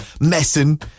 messing